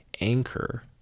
Anchor